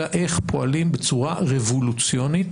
אלא איך פועלים בצורה רבולוציונית.